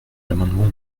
l’amendement